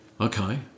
Okay